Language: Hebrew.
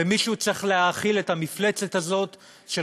ומישהו צריך להאכיל את המפלצת הזאת של